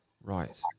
Right